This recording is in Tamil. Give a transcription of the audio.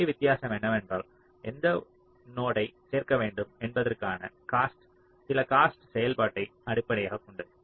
ஒரே வித்தியாசம் என்னவென்றால் எந்த நோடு ஐ சேர்க்க வேண்டும் என்பதற்கான காஸ்ட் சில காஸ்ட் செயல்பாட்டை அடிப்படையாகக் கொண்டது